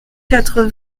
quatre